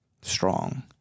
strong